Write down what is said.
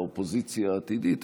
האופוזיציה העתידית,